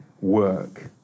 work